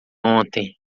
ontem